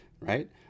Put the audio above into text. right